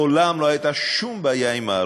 מעולם לא הייתה שום בעיה עם הערוץ.